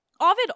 Ovid